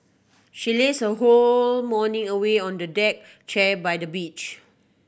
she lazed her whole morning away on a deck chair by the beach